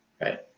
right